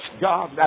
God